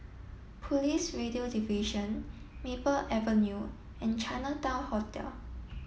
police Radio Division Maple Avenue and Chinatown Hotel